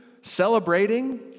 celebrating